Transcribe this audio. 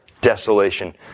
desolation